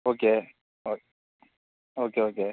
okay okay okay okay